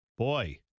Boy